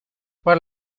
para